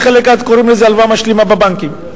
וחלק אחד קוראים לזה הלוואה משלימה בבנקים.